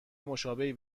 مشابهی